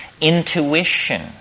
intuition